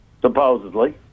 supposedly